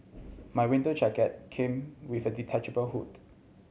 my winter jacket came with a detachable hood